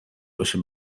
باشه